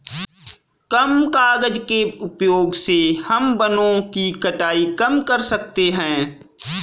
कम कागज़ के उपयोग से हम वनो की कटाई को कम कर सकते है